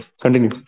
Continue